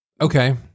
Okay